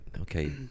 okay